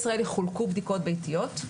לתלמידי ישראל יחולקו בדיקות ביתיות.